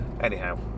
Anyhow